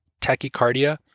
tachycardia